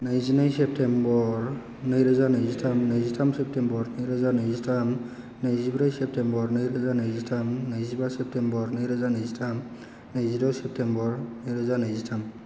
नैजिनै सेप्टेम्बर नैरोजा नैजिथाम नैजिथाम सेप्टेम्बर नैरोजा नैजिथाम नैजिब्रै सेप्टेम्बर नैरोजा नैजिथाम नैजिबा सेप्टेम्बर नैरोजा नैजिथाम नैजिद' सेप्टेम्बर नैरोजा नैजिथाम